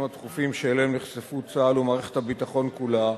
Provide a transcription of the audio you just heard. הדחופים שאליהם נחשפו צה"ל ומערכת הביטחון כולה,